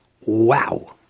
Wow